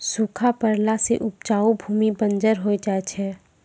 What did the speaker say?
सूखा पड़ला सें उपजाऊ भूमि बंजर होय जाय छै